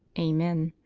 amen.